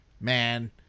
Man